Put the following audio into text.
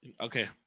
Okay